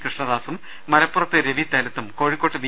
കൃഷ്ണദാസും മലപ്പുറത്ത് രവി തേലത്തും കോഴിക്കോട്ട് വി